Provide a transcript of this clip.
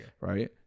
Right